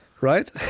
right